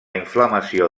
inflamació